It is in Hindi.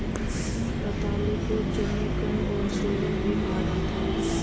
रतालू को जमीकंद और सूरन भी कहा जाता है